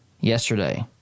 Yesterday